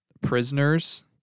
prisoners